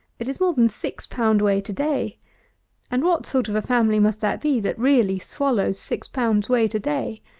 it is more than six pound weight a day and what sort of a family must that be that really swallows six pounds weight a day?